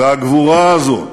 והגבורה הזאת,